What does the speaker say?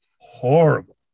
horrible